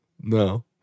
No